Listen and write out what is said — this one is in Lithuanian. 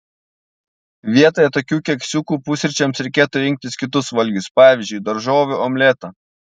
vietoje tokių keksiukų pusryčiams reikėtų rinktis kitus valgius pavyzdžiui daržovių omletą